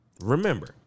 remember